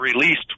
released